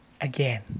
again